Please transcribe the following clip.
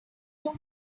too